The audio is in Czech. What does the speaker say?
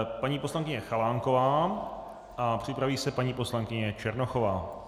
Paní poslankyně Chalánková a připraví se paní poslankyně Černochová.